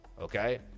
okay